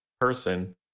person